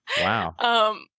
Wow